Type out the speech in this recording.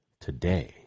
today